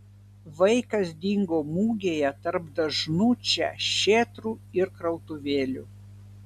vaikas dingo mugėje tarp dažnų čia šėtrų ir krautuvėlių